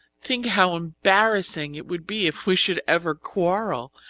think how embarrassing it would be if we should ever quarrel!